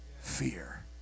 fear